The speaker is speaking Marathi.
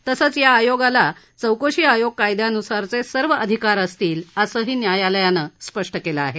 तसंच या आयोगाला चौकशी आयोग कायद्यान्सारचे सर्व अधिकार असतील असंही न्यायालयानं स्पष्ट केलं आहे